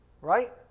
right